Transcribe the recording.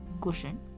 cushion